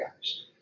guys